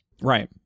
Right